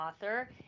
author